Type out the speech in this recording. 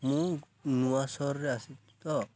ମୁଁ ନୂଆ ସହରରେ ଆସି ତ